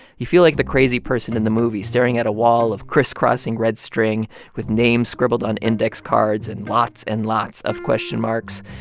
you feel like the crazy person in the movie staring at a wall of criss-crossing red string with names scribbled on index cards and lots and lots of question marks.